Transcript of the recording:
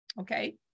Okay